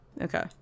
Okay